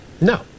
No